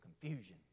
confusion